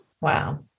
Wow